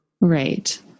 Right